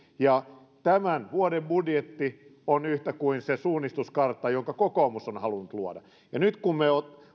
tämän vuoden budjetti on yhtä kuin se suunnistuskartta jonka kokoomus on halunnut luoda nyt kun me